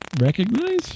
recognize